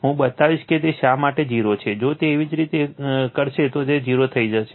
હું બતાવીશ કે તે શા માટે 0 છે જો તેવી જ રીતે કરશે તો તે 0 થઈ જશે